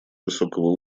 высокого